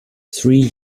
three